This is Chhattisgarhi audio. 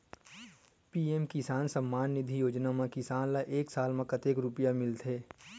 पी.एम किसान सम्मान निधी योजना म किसान ल एक साल म कतेक रुपिया मिलथे?